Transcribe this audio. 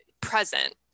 present